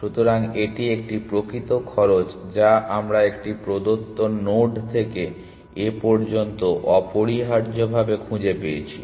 সুতরাং এটি একটি প্রকৃত খরচ যা আমরা একটি প্রদত্ত নোড থেকে এ পর্যন্ত অপরিহার্যভাবে খুঁজে পেয়েছি